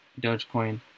Dogecoin